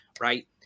Right